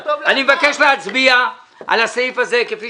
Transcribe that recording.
אני מבקש להצביע על הסעיף הזה כפי